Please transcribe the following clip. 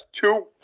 two